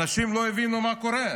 אנשים לא הבינו מה קורה.